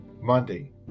Monday